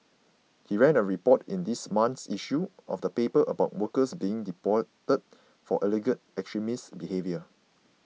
he ran a report in this month's issue of the paper about workers being deported for alleged extremist behaviour